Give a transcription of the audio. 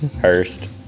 Hurst